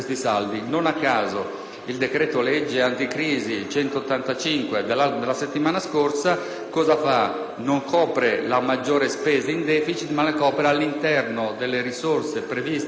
il decreto-legge anticrisi, il n. 185 della settimana scorsa, non copre la maggiore spesa in deficit ma la copre all'interno delle risorse previste in finanziaria,